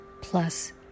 plus